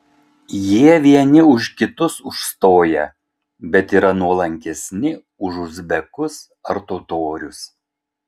jie vieni už kitus užstoja bet yra nuolankesni už uzbekus ar totorius